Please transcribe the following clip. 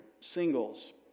Singles